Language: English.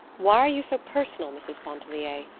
why are you so personal, mrs. pontellier?